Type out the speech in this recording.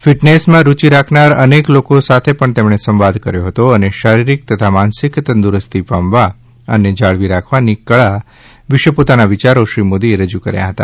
ફિટનેસમાં રુચિ રાખનાર અનેક લોકો સાથે પણ તેમણે સંવાદ કર્યો હતો અને શારીરિક તથા માનસિક તંદુરસ્તી પામવા અને જાળવી રાખવાની કળા વિશે પોતાના વિચારો શ્રી મોદીએ રજૂ કર્યા હતા